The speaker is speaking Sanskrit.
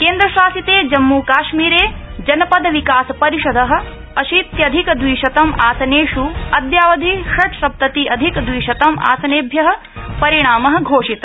केन्द्रशासिते जम्मूकश्मीरे जनपद विकास परिषद अशीत्यधिकद्वशितं आसनेष् अद्यावधि षट्सप्तति अधिक द्वि शतं आसनेभ्य परिणाम घोषित